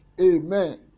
Amen